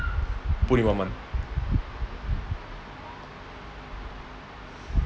put in one month